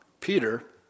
Peter